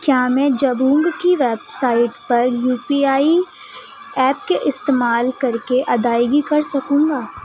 کیا میں جبونگ کی ویب سائٹ پر یو پی آئی ایپ کے استعمال کر کے ادائیگی کر سکوں گا